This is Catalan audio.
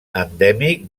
endèmic